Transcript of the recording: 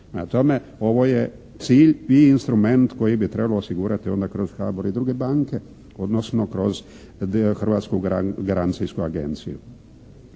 tome, ovo je cilj i instrument koji bi trebalo osigurati onda kroz HBOR i druge banke odnosno kroz Hrvatsku garancijsku agenciju.